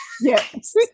yes